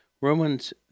Romans